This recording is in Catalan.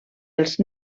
els